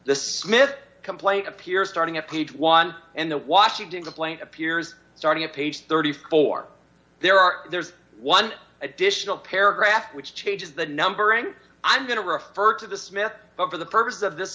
the smith complaint appears starting at page one and the washington complaint appears starting at page thirty four dollars there are there's one additional paragraph which changes the numbering i'm going to refer to the smith for the purposes of this